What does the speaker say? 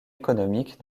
économique